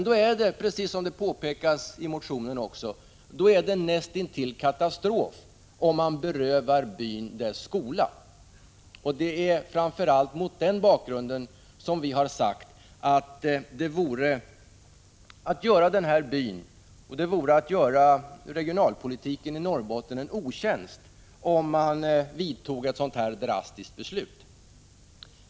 Då är det, = 2 april 1986 precis som påpekas i motionen, näst intill en katastrof om byn berövas sin skola. Det är framför allt mot den bakgrunden som vi har sagt att det vore att göra denna by och regionalpolitiken i Norrbotten en otjänst att fatta ett sådant här drastiskt beslut.